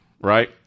right